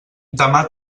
demà